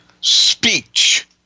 speech